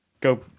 go